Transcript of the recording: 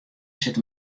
sit